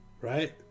right